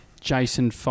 Jason